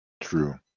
True